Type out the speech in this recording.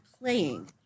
playing